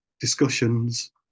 discussions